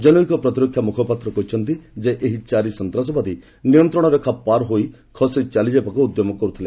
ଜନୈକ ପ୍ରତିରକ୍ଷା ମୁଖପାତ୍ କହିଛନ୍ତି ଯେ ଏହି ଚାରି ସନ୍ତାସବାଦୀ ନିୟନ୍ତ୍ରଣରେଖା ପାର ହୋଇ ଖସି ଚାଲିଯିବାକୁ ଉଦ୍ୟମ କର୍ତ୍ଥିଲେ